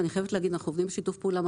ואני חייבת להגיד אנחנו עובדים בשיתוף פעולה